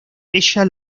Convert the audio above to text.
ella